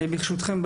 ברשותכם,